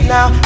Now